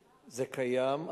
זה קיים.